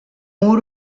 mur